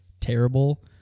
terrible